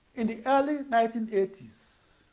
and the early nineteen eighty s.